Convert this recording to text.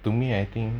to me I think